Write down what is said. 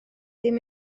ddim